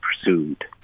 pursued